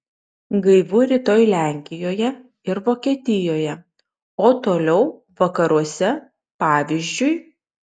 gaivu rytoj lenkijoje ir vokietijoje o toliau vakaruose pavyzdžiui